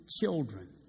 children